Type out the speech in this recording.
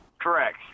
Correct